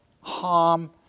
harm